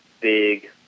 big